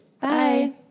Bye